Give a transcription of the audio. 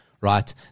right